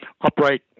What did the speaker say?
upright